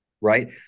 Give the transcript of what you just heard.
Right